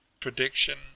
prediction